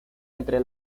entre